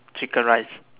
chicken rice